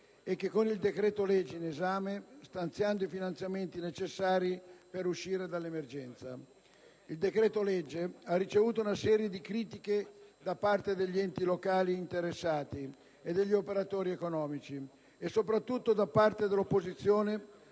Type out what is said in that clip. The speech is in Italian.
e con il decreto‑legge in esame, stanziando i finanziamenti necessari per uscire dall'emergenza. Il decreto-legge ha ricevuto una serie di critiche da parte degli enti locali interessati e degli operatori economici e, soprattutto, da parte dell'opposizione